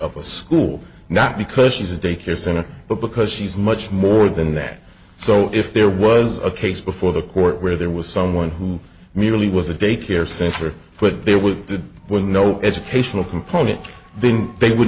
of a school not because she's a daycare center but because she's much more than that so if there was a case before the court where there was someone who merely was a daycare center put there with the with no educational component then they would